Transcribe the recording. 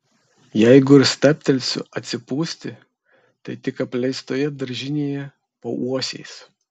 jeigu ir stabtelsiu atsipūsti tai tik apleistoje daržinėje po uosiais